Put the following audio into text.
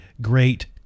great